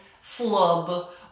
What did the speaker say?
flub